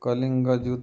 କଲିଙ୍ଗ ଯୁଦ୍ଧ